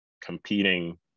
competing